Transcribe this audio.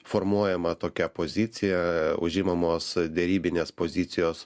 formuojama tokia pozicija užimamos derybinės pozicijos